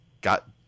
got